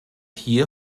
hier